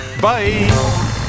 Bye